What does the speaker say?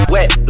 Wet